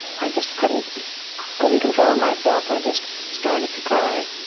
i just couldn't couldn't control myself. i just started to cry.